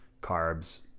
carbs